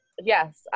Yes